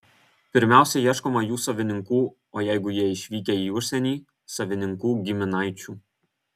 pirmiausia ieškoma jų savininkų o jeigu jie išvykę į užsienį savininkų giminaičių